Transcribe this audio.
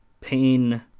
pain